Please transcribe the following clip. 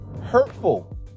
hurtful